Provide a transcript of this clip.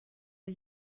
are